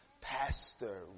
Pastor